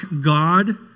God